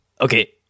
Okay